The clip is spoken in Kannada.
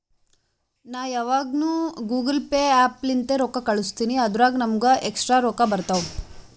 ನಾ ಯಾವಗ್ನು ಗೂಗಲ್ ಪೇ ಆ್ಯಪ್ ಲಿಂತೇ ರೊಕ್ಕಾ ಕಳುಸ್ತಿನಿ ಅದುರಾಗ್ ನಮ್ಮೂಗ ಎಕ್ಸ್ಟ್ರಾ ರೊಕ್ಕಾ ಬರ್ತಾವ್